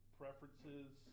preferences